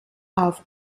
auf